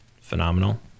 phenomenal